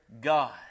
God